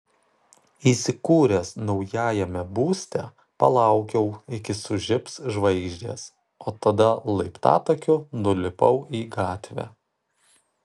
įsikūręs naujajame būste palaukiau iki sužibs žvaigždės o tada laiptatakiu nulipau į gatvę